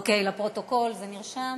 אוקיי, לפרוטוקול, זה נרשם.